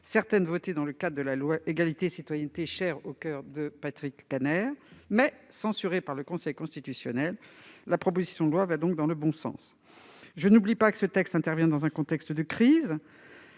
notamment dans le cadre de la loi Égalité et citoyenneté, chère au coeur de Patrick Kanner, mais censurées par le Conseil constitutionnel, la proposition de loi va dans le bon sens. L'examen de ce texte intervient dans un contexte de crise,